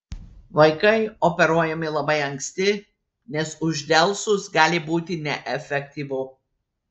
vaikai operuojami labai anksti nes uždelsus gali būti neefektyvu